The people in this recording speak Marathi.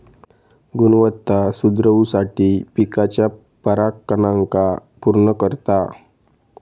गुणवत्ता सुधरवुसाठी पिकाच्या परागकणांका पुर्ण करता